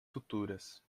futuras